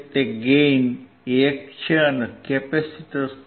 તે ગેઇન 1 છે અને C 0